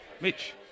Mitch